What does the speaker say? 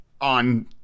on